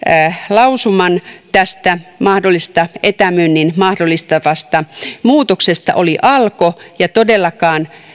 lausuman tästä etämyynnin mahdollistavasta muutoksesta oli alko ja todellakaan